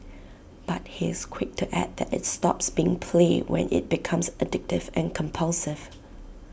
but he is quick to add that IT stops being play when IT becomes addictive and compulsive